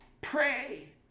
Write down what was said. pray